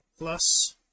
Plus